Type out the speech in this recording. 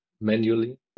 manually